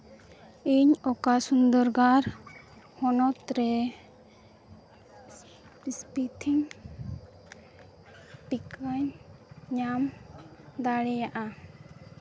ᱤᱧ ᱚᱠᱟ ᱥᱩᱱᱫᱚᱨᱜᱚᱲ ᱦᱚᱱᱚᱛ ᱨᱮ ᱥᱯᱤᱛᱷᱤ ᱴᱤᱠᱟᱹᱧ ᱧᱟᱢ ᱫᱟᱲᱮᱭᱟᱜᱼᱟ